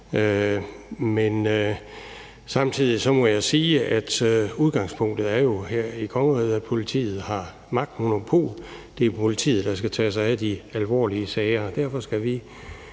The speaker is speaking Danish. Men samtidig må jeg sige, at udgangspunktet jo her i kongeriget er, at politiet har magtmonopol. Det er politiet, der skal tage sig af de alvorlige sager. Derfor skal vi